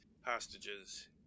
Hostages